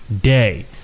day